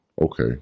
okay